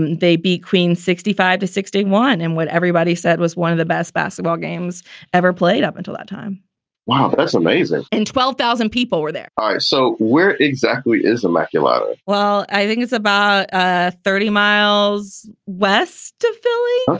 they beat queen sixty five to sixty one. and what everybody said was one of the best basketball games ever played up until that time wow. that's amazing. and twelve thousand people were there. so where exactly is immaculata? well, i think it's about ah thirty miles west of philly,